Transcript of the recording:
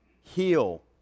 heal